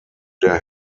der